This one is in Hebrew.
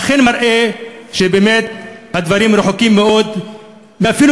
אכן מראה שבאמת הדברים רחוקים מאוד אפילו